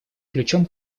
ключом